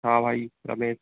हाँ भाई नमित